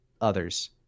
others